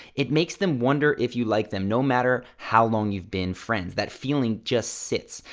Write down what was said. it makes them wonder if you like them, no matter how long you've been friends. that feeling just sits,